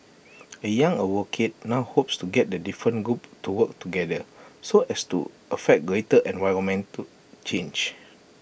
A young advocate now hopes to get the different groups to work together so as to affect greater environmental change